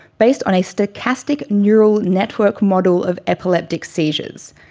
based on a stochastic neural network model of epileptic seizures.